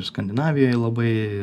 skandinavijoj labai